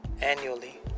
Annually